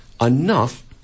enough